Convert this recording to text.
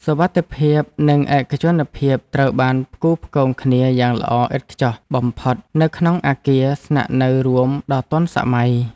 សុវត្ថិភាពនិងឯកជនភាពត្រូវបានផ្គូរផ្គងគ្នាយ៉ាងល្អឥតខ្ចោះបំផុតនៅក្នុងអគារស្នាក់នៅរួមដ៏ទាន់សម័យ។